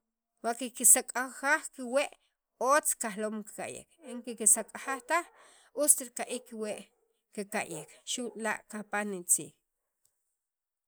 wa kikisak'aj kiwe' otz kajloom kika'yek en kiksak'jaj taq ust tika'iik kiwee' kika'yek xu' la kapaj nitziij.